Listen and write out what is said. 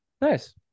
Nice